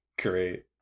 great